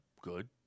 good